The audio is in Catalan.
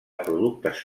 productes